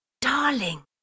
darling